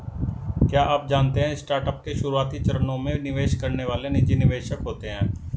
क्या आप जानते है स्टार्टअप के शुरुआती चरणों में निवेश करने वाले निजी निवेशक होते है?